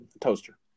Toaster